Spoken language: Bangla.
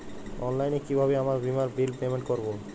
অনলাইনে কিভাবে আমার বীমার বিল পেমেন্ট করবো?